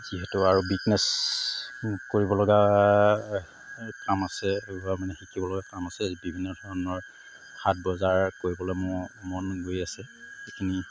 যিহেতু আৰু বিকনেচ কৰিব লগা কাম আছে বা শিকিব লগা কাম আছে বিভিন্ন ধৰণৰ হাট বজাৰ কৰিবলৈ মোৰ মন গৈ আছে এইখিনি